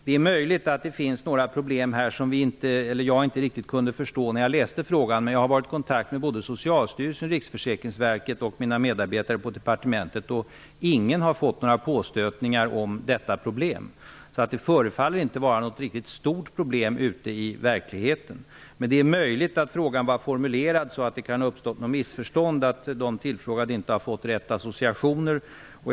Det är möjligt att det finns några problem här som jag inte riktigt kunde förstå när jag läste frågan. Jag har varit i kontakt med Socialstyrelsen, Riksförsäkringsverket och mina medarbetare på departementet, och ingen har fått några påstötningar om detta problem. Det förefaller inte vara något riktigt stort problem ute i verkligheten. Men det är möjligt att frågan var formulerad så att det kan ha uppstått något missförstånd. De tillfrågade har kanske inte fått rätt associationer.